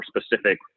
specific